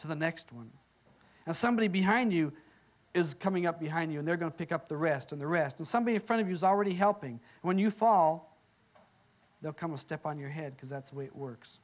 to the next one and somebody behind you is coming up behind you and they're going to pick up the rest of the rest and somebody in front of you is already helping when you fall they'll come a step on your head because that